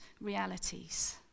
realities